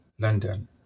London